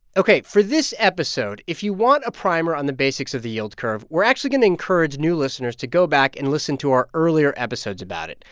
ok, for this episode, if you want a primer on the basics of the yield curve, we're actually going to encourage new listeners to go back and listen to our earlier episodes about it.